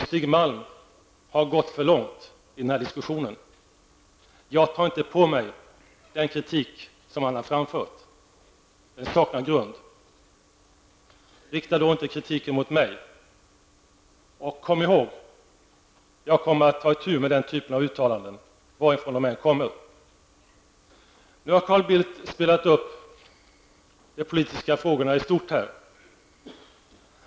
Stig Malm har gått för långt i den här diskussionen. Jag tar inte på mig den kritik som han har framfört -- den saknar grund. Rikta alltså inte kritiken mot mig! Och kom ihåg: Jag kommer att ta uti med den typen av uttalanden, varifrån de än kommer! Nu har Carl Bildt spelat upp de politiska frågorna i stort här.